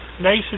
nice